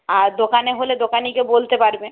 আর দোকানে হলে দোকানে গিয়ে বলতে পারবে